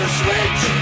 switch